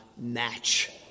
match